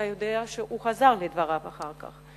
אתה יודע שהוא חזר לדבריו אחר כך.